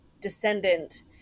descendant